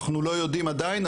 אנחנו לא יודעים עדיין,